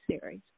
Series